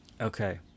okay